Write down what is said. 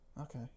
okay